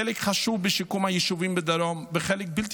חלק חשוב בשיקום היישובים בדרום וחלק בלתי